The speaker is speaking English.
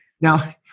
Now